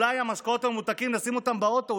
אולי את המשקאות הממותקים נשים באוטו,